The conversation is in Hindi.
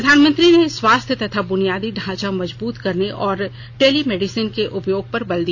प्रधानमंत्री ने स्वास्थ्य का बुनियादी ढांचा मजबूत करने और टेलीमेडिसन के उपयोग पर बल दिया